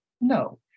No